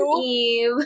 Eve